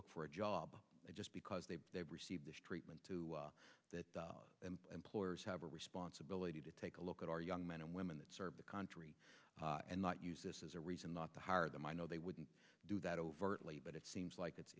look for a job just because they receive this treatment to that employers have a responsibility to take a look at our young men and women that serve the country and not use this as a reason not to hire them i know they wouldn't do that overtly but it seems like it's